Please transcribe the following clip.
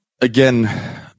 again